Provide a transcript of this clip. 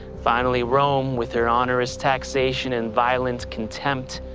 finally rome, with her onorous taxation and violent contempt.